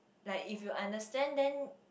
like if you understand then